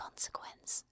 Consequence